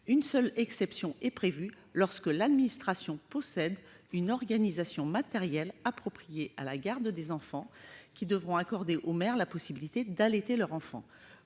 Une seule exception est prévue, lorsque l'administration possède « une organisation matérielle appropriée à la garde des enfants ». Dès lors, les services « devront accorder aux mères la possibilité d'allaiter leur enfant